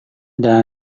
ada